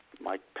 Mike